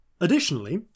Additionally